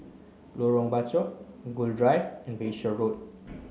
Lorong Bachok Gul Drive and Bayshore Road